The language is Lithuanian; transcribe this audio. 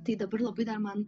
tai dabar labai dar man